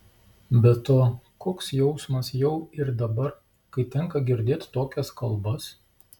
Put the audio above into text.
be to koks jausmas jau ir dabar kai tenka girdėt tokias kalbas